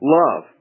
love